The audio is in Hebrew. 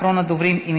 אחרון הדוברים,